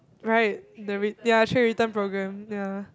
right the ret~ yeah tray return program ya